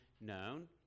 known